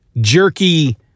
jerky